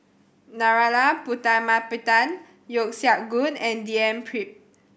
Narana Putumaippittan Yeo Siak Goon and D N Pritt